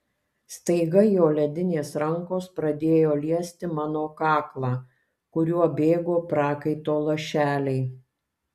staiga jo ledinės rankos pradėjo liesti mano kaklą kuriuo bėgo prakaito lašeliai